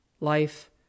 life